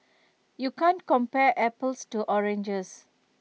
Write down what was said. you can't compare apples to oranges